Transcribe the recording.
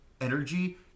energy